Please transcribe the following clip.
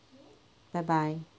bye bye